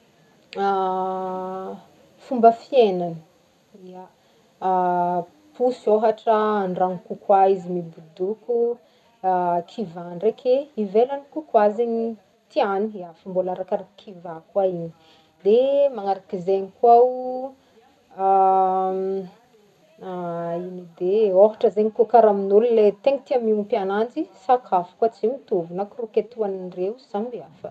fomba fiainagny, posy ohatra andragno kokoa izy mibodoko, kivà ndraiky ivelagny kokoa zegny tiagny dia mbola arakaraky kivà koa igny, dia manaraky zegny koa ino edy e? Ohatra zegny karaha amin'olo tegna tia miompy ananjy sakafokoa tsy mitovy, croquette hoanindre samihafa.